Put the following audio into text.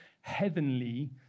heavenly